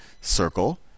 circle